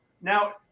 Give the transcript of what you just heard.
now